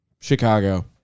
Chicago